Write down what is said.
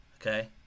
Okay